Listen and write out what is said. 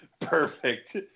Perfect